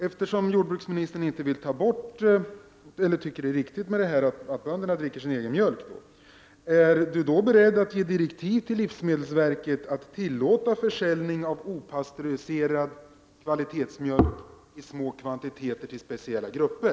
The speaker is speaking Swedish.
Eftersom jordbruksministern tycker att det är bra att bönderna dricker sin egen mjölk, vill jag fråga om han är beredd att ge direktiv till livsmedelsverket att tillåta försäljning av opastöriserad kvalitetsmjölk i små kvantiteter till speciella grupper.